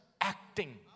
acting